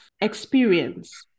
experience